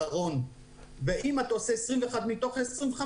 ואם אתה עושה 21 מתוך 25,